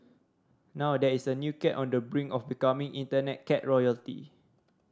now there is a new cat on the brink of becoming Internet cat royalty